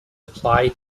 apply